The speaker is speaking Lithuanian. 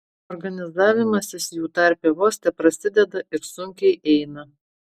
organizavimasis jų tarpe vos teprasideda ir sunkiai eina